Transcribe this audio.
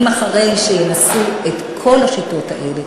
אם אחרי שינסו את כל השיטות האלה